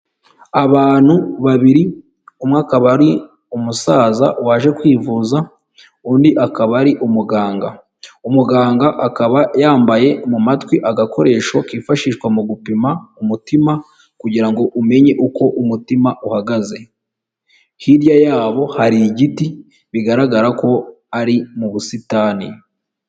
Abantu babiri umwe akaba ari umusaza waje kwivuza, undi akaba ari umuganga, umuganga akaba yambaye mu matwi agakoresho kifashishwa mu gupima umutima kugira ngo umenye uko umutima uhagaze, hirya yabo hari igiti bigaragara ko ari mu busitani.